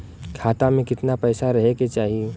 खाता में कितना पैसा रहे के चाही?